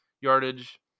Yardage